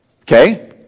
Okay